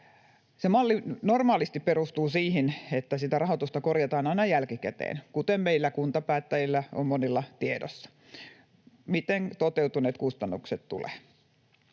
Malli normaalisti perustuu siihen, että sitä rahoitusta korjataan aina jälkikäteen, kuten meillä monilla kuntapäättäjillä on tiedossa, miten toteutuneet kustannukset tulevat.